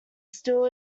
still